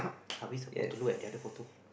are we supposed to look at the other photo